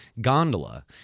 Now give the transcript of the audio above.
gondola